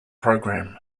program